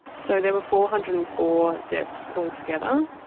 so there were four hundred and four deaths altogether.